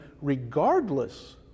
regardless